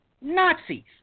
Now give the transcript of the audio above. Nazis